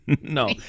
no